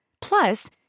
Plus